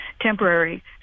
temporary